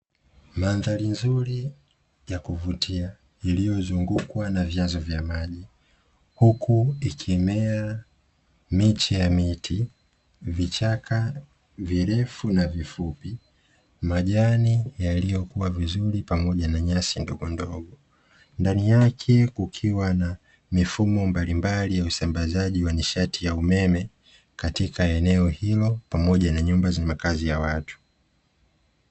Mandhari nzuri ya kuvutia iliyozungukwa na vyanzo vya maji, huku ikimea miche ya miti, vichaka virefu na vifupi, majani yaliyokuwa vizuri pamoja na nyasi ndogondogo. Ndani yake kukiwa na mifumo mbalimbali ya usambazaji wa nishati ya umeme katika eneo hilo pamoja na nyumba za makazi ya watu.